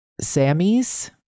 Sammy's